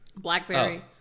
Blackberry